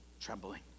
trembling